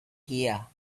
here